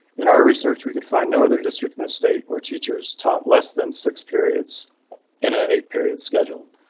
in our research, we could find no other district in a state where teachers taught less than six periods in at eight period schedule.